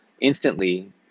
instantly